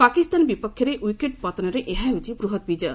ପାକିସ୍ତାନ ବିପକ୍ଷରେ ୱିକେଟ୍ ପତନରେ ଏହା ହେଉଛି ବୃହତ ବିକ୍କୟ